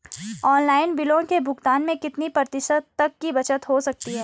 Online बिलों के भुगतान में कितने प्रतिशत तक की बचत हो सकती है?